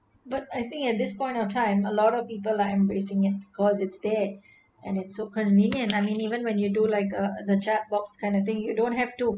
but I think at this point of time a lot of people are embracing cause it's there and it's so convenient I mean even when you do like uh the chat box kind of thing you don't have to